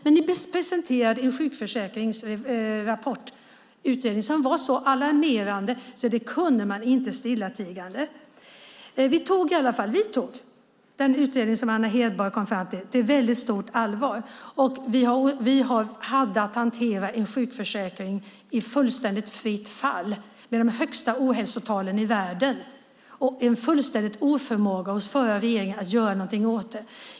Men ni presenterade er sjukförsäkringsutredning som var så alarmerande att man inte kunde sitta stillatigande. Vi tog de resultat som Anna Hedborg kom fram till på väldigt stort allvar. Vi hade att hantera en sjukförsäkring i fullständigt fritt fall, de högsta ohälsotalen i världen och en fullständig oförmåga hos den förra regeringen att göra någonting åt detta.